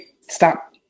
stop